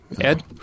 Ed